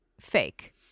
fake